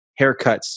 haircuts